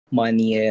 money